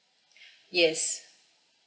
yes